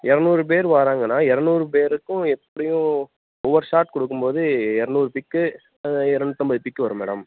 இரநூறு பேர் வாராங்கன்னால் இரநூறு பேருக்கும் எப்படியும் ஒவ்வொரு ஷாட் கொடுக்கும்போது இரநூறு பிக்கு இரநூத்தம்பது பிக்கு வரும் மேடம்